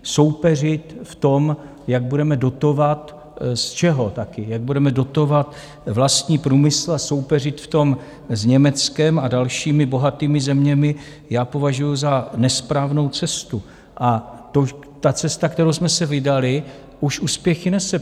Soupeřit v tom, jak budeme dotovat z čeho taky jak budeme dotovat vlastní průmysl a soupeřit v tom s Německem a dalšími bohatými zeměmi, považuji za nesprávnou cestu, a ta cesta, kterou jsme se vydali, už úspěchy nese.